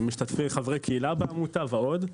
משתתפי חברי קהילה בעמותה ועוד,